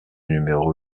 numéro